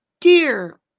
Dear